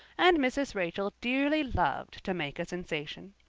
and mrs. rachel dearly loved to make a sensation.